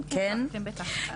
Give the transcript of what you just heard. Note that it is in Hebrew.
כן, בטח.